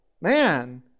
man